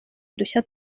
udushya